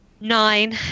Nine